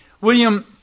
William